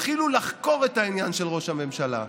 תתחילו לחקור את העניין של ראש הממשלה,